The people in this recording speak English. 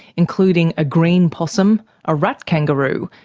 including a green possum, a rat kangaroo,